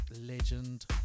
legend